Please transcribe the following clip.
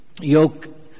Yoke